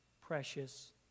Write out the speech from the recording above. precious